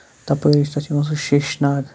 تَپٲری تَتہِ چھُ یِوان سُہ شیٖش ناگ